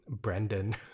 Brandon